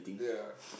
yeah